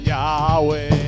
Yahweh